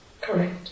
Correct